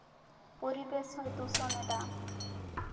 ᱯᱚᱨᱤᱵᱮᱥ ᱦᱚᱭ ᱫᱩᱥᱚᱢ ᱮᱫᱟ